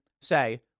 say